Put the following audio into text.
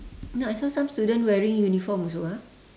no I saw some student wearing uniform also ah